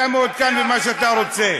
אתה מעודכן במה שאתה רוצה.